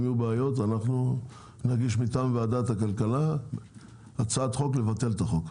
אם יהיו בעיות אנחנו נגיש מטעם ועדת הכלכלה הצעת חוק לבטל את החוק.